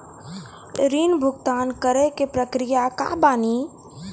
ऋण भुगतान करे के प्रक्रिया का बानी?